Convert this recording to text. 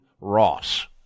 Ross